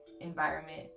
environment